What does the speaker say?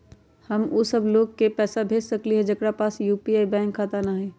हम उ सब लोग के पैसा भेज सकली ह जेकरा पास यू.पी.आई बैंक खाता न हई?